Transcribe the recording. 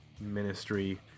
Ministry